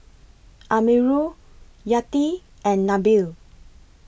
Amirul Yati and Nabil